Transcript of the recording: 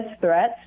threats